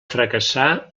fracassar